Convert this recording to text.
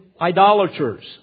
idolaters